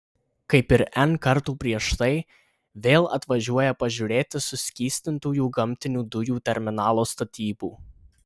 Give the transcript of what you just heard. kaip ir n kartų prieš tai vėl atvažiuoja pažiūrėti suskystintųjų gamtinių dujų terminalo statybų